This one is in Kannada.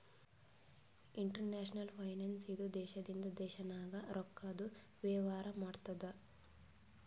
ಇಂಟರ್ನ್ಯಾಷನಲ್ ಫೈನಾನ್ಸ್ ಇದು ದೇಶದಿಂದ ದೇಶ ನಾಗ್ ರೊಕ್ಕಾದು ವೇವಾರ ಮಾಡ್ತುದ್